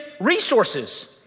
resources